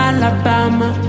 Alabama